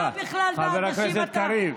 חבר הכנסת קריב.